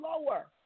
lower